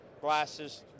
glasses